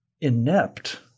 inept